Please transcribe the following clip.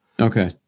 Okay